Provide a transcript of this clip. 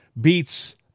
beats